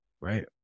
right